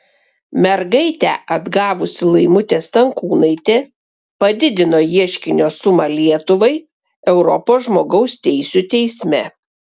mergaitę atgavusi laimutė stankūnaitė padidino ieškinio sumą lietuvai europos žmogaus teisių teisme